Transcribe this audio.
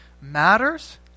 matters